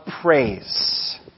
praise